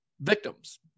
victims